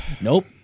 Nope